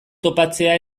topatzea